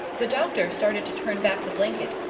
the doctor started to turn back the blanket.